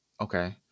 Okay